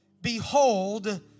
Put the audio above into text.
Behold